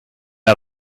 out